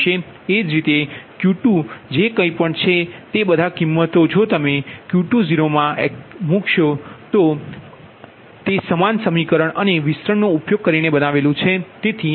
એ જ રીતે ક્યૂ2 જે કંઈ પણ છે તે બધા કિંમતો જો તમે ક્યૂ2 એક્સપ્રેશન પહેલાં આપેલ છે પણ અહીં પણ તે સમાન સમીકરણ અને વિસ્તરણનો ઉપયોગ કરીને બનાવ્યું છે